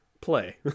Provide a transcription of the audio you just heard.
Play